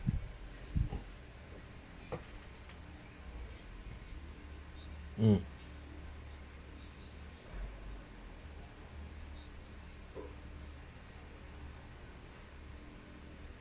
um